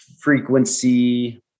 frequency